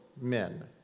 men